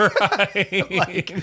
Right